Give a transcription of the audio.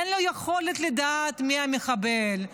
אין לו יכולת לדעת מי המחבל,